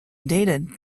dated